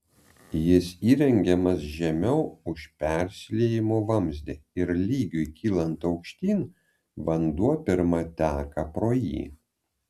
jis įrengiamas žemiau už persiliejimo vamzdį ir lygiui kylant aukštyn vanduo pirma teka pro jį